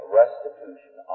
restitution